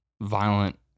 violent